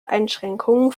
einschränkungen